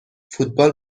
فوتبال